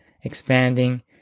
expanding